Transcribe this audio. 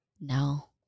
No